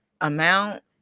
amount